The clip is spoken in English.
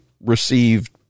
received